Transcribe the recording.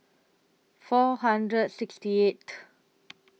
four hundred sixty eighth